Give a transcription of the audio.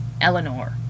Eleanor